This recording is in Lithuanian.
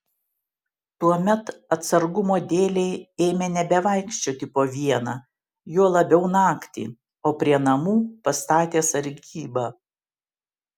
tuomet atsargumo dėlei ėmė nebevaikščioti po vieną juo labiau naktį o prie namų pastatė sargybą